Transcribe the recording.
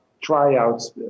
tryouts